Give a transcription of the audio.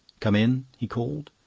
come in! he called.